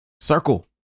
circle